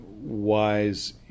wise